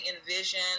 envision